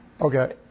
Okay